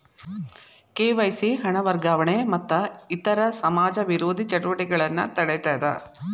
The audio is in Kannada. ಕೆ.ವಾಯ್.ಸಿ ಹಣ ವರ್ಗಾವಣೆ ಮತ್ತ ಇತರ ಸಮಾಜ ವಿರೋಧಿ ಚಟುವಟಿಕೆಗಳನ್ನ ತಡೇತದ